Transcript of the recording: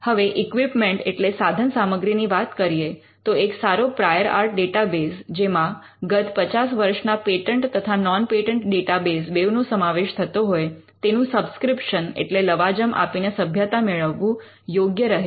હવે ઇક્વિપ્મન્ટ એટલે સાધનસામગ્રીની વાત કરીએ તો એક સારો પ્રાયોર આર્ટ ડેટાબેઝ જેમાં ગત ૫૦ વર્ષના પેટન્ટ તથા નૉન પેટન્ટ ડેટાબેઝ બેઉ નો સમાવેશ થતો હોય તેનું સબ્સ્ક્રિપ્શન એટલે લવાજમ આપીને સભ્યતા મેળવવું યોગ્ય રહે છે